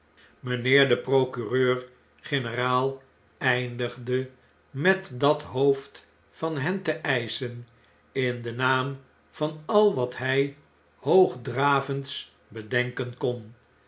de procureur-generaal eindigde met dat hoofd van hen te eischen in den naam van al wat hij hoogdravends bedenken kon